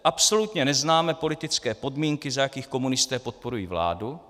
Absolutně neznáme politické podmínky, za jakých komunisté podporují vládu.